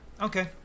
okay